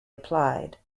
applied